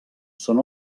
són